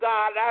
God